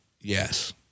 yes